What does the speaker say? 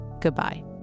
Goodbye